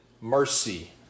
mercy